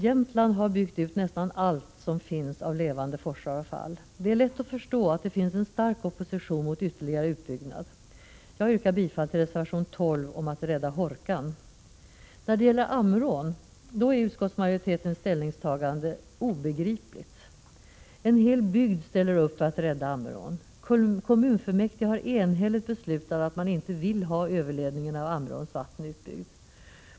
Jämtland har byggt ut nästan allt vad som finns av levande forsar och fall. Det är lätt att förstå att det finns en stark opposition mot ytterligare utbyggnad. Jag yrkar bifall till reservation 12 om att Hårkan skall räddas. När det gäller Ammerån är utskottsmajoritetens ställningstagande obegripligt. En hel bygd ställer upp för att rädda Ammerån. Kommunfullmäktige har enhälligt beslutat att man inte vill ha överledningen av Ammeråns vatten utbyggd.